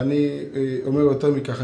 יותר מכך,